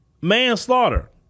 manslaughter